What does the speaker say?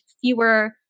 fewer –